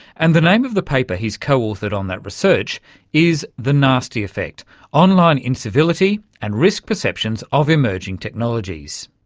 and the name of the paper he's co-authored on that research is the nasty effect online incivility and risk perceptions of emerging technologies.